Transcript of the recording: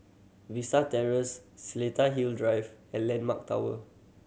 Vista Terrace Seletar Hill Drive and Landmark Tower